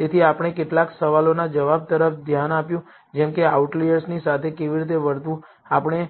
તેથી આપણે કેટલાક સવાલોના જવાબો તરફ ધ્યાન આપ્યું જેમ કે આઉટલિઅર્સની સાથે કેવી રીતે વર્તવું આપણે એ